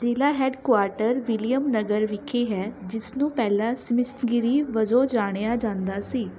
ਜਿਲ੍ਹਾ headquarters Williamnagar ਵਿਖੇ ਹੈ ਜਿਸ ਨੂੰ ਪਹਿਲਾਂ ਸਮਿਸਥਗਿਰੀ ਵਜੋਂ ਜਾਣਿਆ ਜਾਂਦਾ ਸੀ